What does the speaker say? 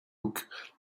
book